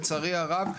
לצערי הרב,